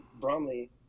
Bromley